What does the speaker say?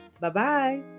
Bye-bye